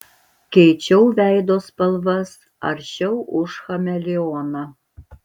keičiau veido spalvas aršiau už chameleoną